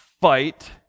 fight